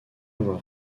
avoir